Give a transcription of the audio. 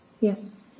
Yes